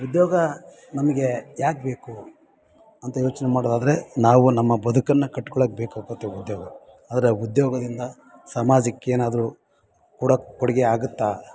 ಉದ್ಯೋಗ ನಮಗೆ ಯಾಕೆ ಬೇಕು ಅಂತ ಯೋಚನೆ ಮಾಡೋದಾದರೆ ನಾವು ನಮ್ಮ ಬದುಕನ್ನು ಕಟ್ಕೊಳೊಕ್ ಬೇಕಾಗುತ್ತೆ ಉದ್ಯೋಗ ಆದರೆ ಉದ್ಯೋಗದಿಂದ ಸಮಾಜಕ್ಕೆ ಏನಾದರು ಕೊಡೋಕೆ ಕೊಡುಗೆ ಆಗುತ್ತಾ